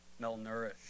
malnourished